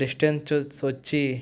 distance వచ్చి